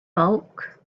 bulk